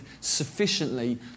sufficiently